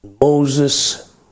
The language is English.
Moses